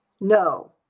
no